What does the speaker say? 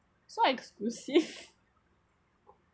so exclusive